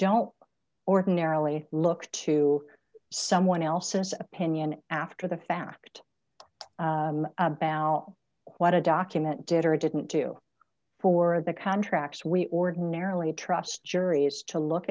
don't ordinarily look to someone else's opinion after the fact about what a document did or didn't do for the contracts we ordinarily trust juries to look